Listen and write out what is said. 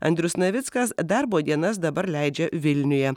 andrius navickas darbo dienas dabar leidžia vilniuje